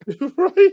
Right